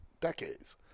decades